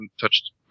touched